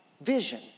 vision